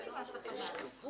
הרשות וסגניו וכהונתם) (תיקון מס' 36)